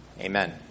Amen